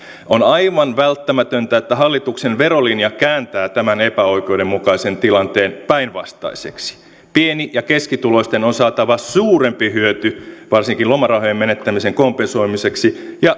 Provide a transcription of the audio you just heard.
on aivan välttämätöntä että hallituksen verolinja kääntää tämän epäoikeudenmukaisen tilanteen päinvastaiseksi pieni ja keskituloisten on saatava suurempi hyöty varsinkin lomarahojen menettämisen kompensoimiseksi ja